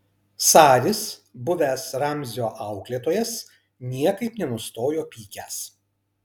saris buvęs ramzio auklėtojas niekaip nenustojo pykęs